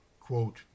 quote